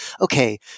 okay